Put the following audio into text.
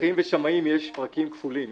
מוסכים ושמאים יש פרקים כפולים.